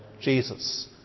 Jesus